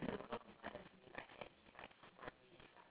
eh that sounds very fun very immersive